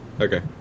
Okay